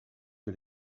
que